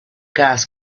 gas